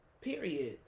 Period